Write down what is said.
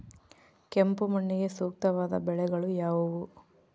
ಕೆಂಪು ಮಣ್ಣಿಗೆ ಸೂಕ್ತವಾದ ಬೆಳೆಗಳು ಯಾವುವು?